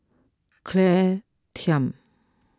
Claire Tham